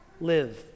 live